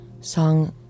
song